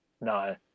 No